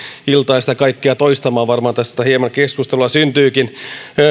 iltaa sitä kaikkea toistamaan varmaan tästä hieman keskustelua syntyykin